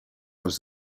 was